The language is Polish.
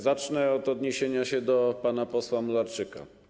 Zacznę od odniesienia się do słów pana posła Mularczyka.